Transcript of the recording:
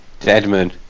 Deadman